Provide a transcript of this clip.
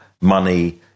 money